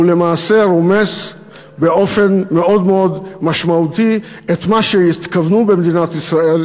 והוא למעשה רומס באופן מאוד משמעותי את מה שהתכוונו במדינת ישראל,